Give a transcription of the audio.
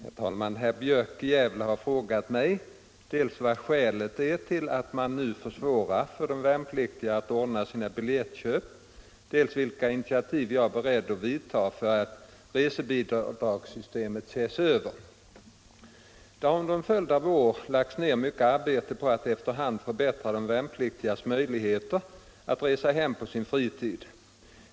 Herr talman! Herr Björk i Gävle har frågat mig dels vad skälet är till att man nu försvårar för de värnpliktiga att ordna sina biljettköp, dels vilka initiativ jag är beredd att vidta för att resebidragssystemet ses över. Det har under en följd av år lagts ned mycket arbete på att efter hand förbättra de värnpliktigas möjligheter att resa hem på sin fritid.